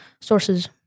sources